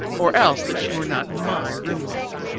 or else that she were not my room-mate.